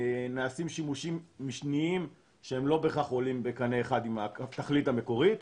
נעשים שימושים משניים שהם לא בהכרח עולים בקנה אחד עם התכלית המקומית.